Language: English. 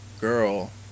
girl